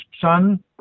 son